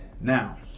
Now